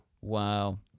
Wow